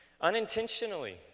unintentionally